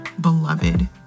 beloved